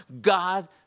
God